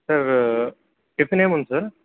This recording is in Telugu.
సర్ టిఫిన్ ఏముంది సార్